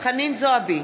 אינו נוכח חנין זועבי,